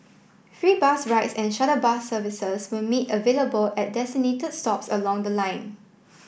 free bus rides and shuttle bus service were made available at designated stops along the line